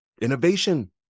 Innovation